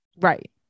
Right